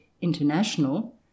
international